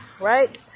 right